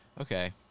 Okay